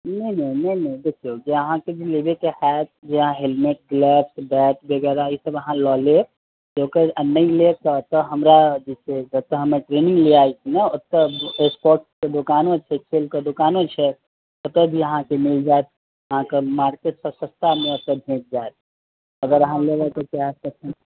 नहि नहि नहि नहि देखियौ जे अहाँके लेबेके हैत जेना हेलमेट ग्लव्स बैट वगैरह इसब अहाँ ललेब ओतय नहि लेब तऽ एतय हमरा एतय हम ट्रेनिंग लियाबय छी ने एतय स्पोर्ट के दोकानो छै खेलके दोकानो छै एतय भी अहाँके मिल जाइत अहाँके मार्केट से सस्तामे एतय भेट जायत अगर अहाँके लेबैके हैत तखन